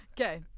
Okay